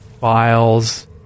files